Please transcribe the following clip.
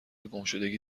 گمشدگی